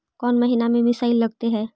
कौन महीना में मिसाइल लगते हैं?